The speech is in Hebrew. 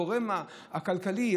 הגורם הכלכלי,